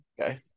Okay